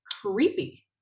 creepy